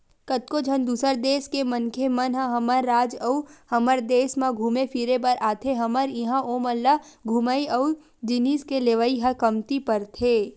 कतको झन दूसर देस के मनखे मन ह हमर राज अउ हमर देस म घुमे फिरे बर आथे हमर इहां ओमन ल घूमई अउ जिनिस के लेवई ह कमती परथे